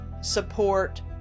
support